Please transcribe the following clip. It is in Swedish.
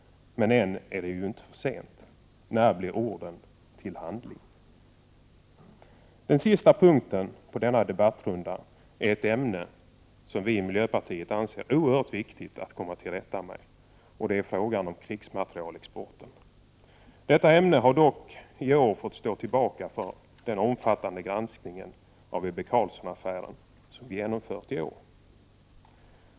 Men ännu är det inte för sent. När omsätts orden i handling? Den sista punkten i denna debattrunda gäller ett problem som vi i miljöpartiet anser att det är oerhört viktigt att man kan komma till rätta med. Det är då fråga om krigsmaterielexporten. Detta ämne har dock fått stå tillbaka för den omfattande granskning av Ebbe Carlsson-affären som vi genomfört i år.